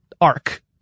arc